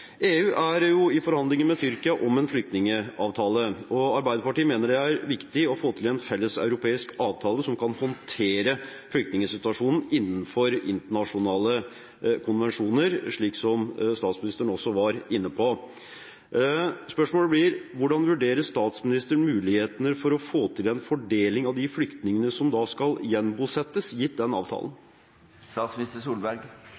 EU er i forhandlinger med Tyrkia om en flyktningavtale. Arbeiderpartiet mener det er viktig å få til en felles europeisk avtale som kan håndtere flyktningsituasjonen innenfor internasjonale konvensjoner, slik som statsministeren også var inne på. Spørsmålet blir: Hvordan vurderer statsministeren mulighetene for å få til en fordeling av de flyktningene som da skal gjenbosettes – gitt den